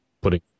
putting